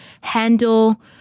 handle